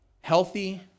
Healthy